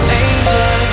angel